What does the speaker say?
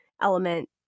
element